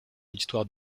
l’histoire